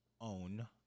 own